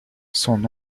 son